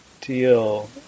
deal